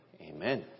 Amen